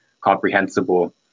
comprehensible